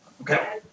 Okay